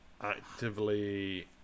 actively